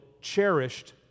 cherished